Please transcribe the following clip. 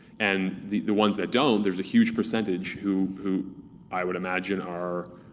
and the the ones that don't, there's a huge percentage who who i would imagine are